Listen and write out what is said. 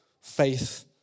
Faith